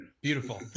beautiful